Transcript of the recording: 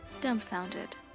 dumbfounded